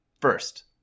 First